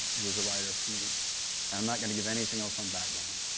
he was a writer for me and i'm not going to give anything else on background,